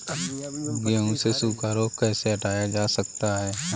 गेहूँ से सूखा रोग कैसे हटाया जा सकता है?